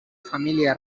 familia